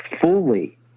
fully